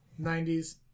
90s